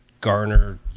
garner